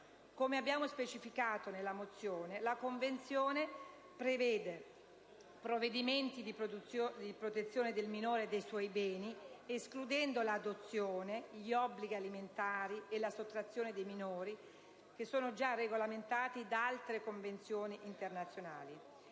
Come abbiamo specificato nella mozione, la Convenzione prevede provvedimenti di protezione del minore e dei suoi beni, escludendo l'adozione, gli obblighi alimentari e la sottrazione dei minori, già regolamentati da altre Convenzioni internazionali;